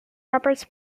roberts